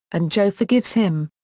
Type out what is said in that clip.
and joe forgives him.